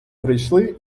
прийшли